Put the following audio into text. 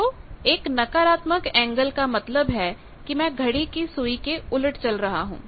तो एक नकारात्मक एंगल का मतलब है कि मैं घड़ी की सुई के उलट चल रहा हूं